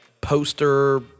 poster